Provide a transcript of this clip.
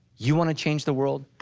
you wanna change the world?